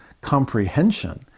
comprehension